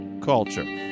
Culture